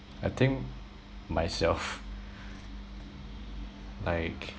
I think myself like